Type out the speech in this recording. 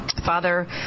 father